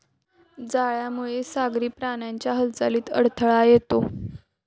जाळ्यामुळे सागरी प्राण्यांच्या हालचालीत अडथळा येतो